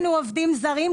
עובדים זרים.